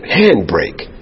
handbrake